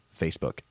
Facebook